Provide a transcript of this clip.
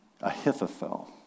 Ahithophel